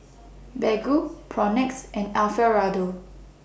Baggu Propnex and Alfio Raldo